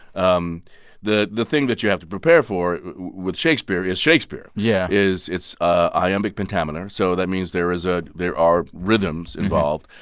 um the the thing that you have to prepare for with shakespeare is shakespeare. yeah. is it's ah iambic pentameter. so that means there is a there are rhythms involved.